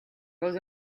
goes